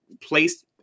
place-